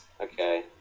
Okay